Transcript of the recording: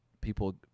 people